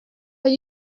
are